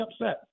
upset